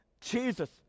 Jesus